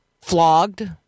flogged